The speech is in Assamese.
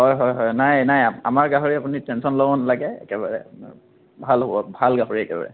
হয় হয় হয় নাই নাই আমাৰ গাহৰি আপুনি টেনচন ল'ব নালাগে একেবাৰে ভাল হ'ব ভাল গাহৰি একেবাৰে